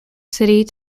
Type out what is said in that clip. city